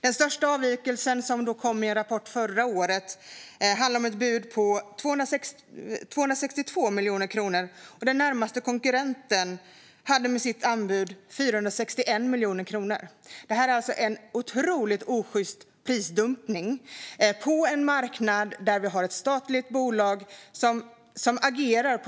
Den största avvikelsen som vi kunde ta del av i en rapport förra året handlar om ett bud på 262 miljoner kronor där den närmaste konkurrentens anbud var 461 miljoner kronor. Det är alltså en otroligt osjyst prisdumpning på en marknad av ett statligt bolag.